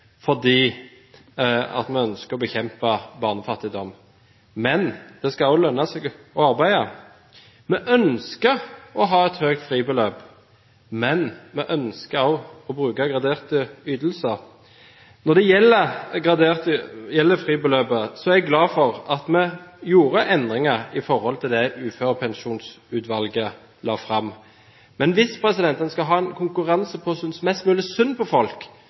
ønsker å bekjempe barnefattigdom. Men det skal også lønne seg å arbeide. Vi ønsker å ha et høyt fribeløp. Men vi ønsker også å bruke graderte ytelser. Når det gjelder fribeløpet, er jeg glad for at vi gjorde endringer i forhold til det Uførepensjonsutvalget la fram. Men hvis en skal ha en konkurranse om å synes mest mulig synd på folk,